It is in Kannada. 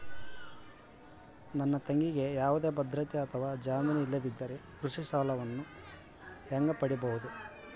ನನ್ನ ತಂಗಿಗೆ ಯಾವುದೇ ಭದ್ರತೆ ಅಥವಾ ಜಾಮೇನು ಇಲ್ಲದಿದ್ದರೆ ಕೃಷಿ ಸಾಲವನ್ನು ಹೆಂಗ ಪಡಿಬಹುದು?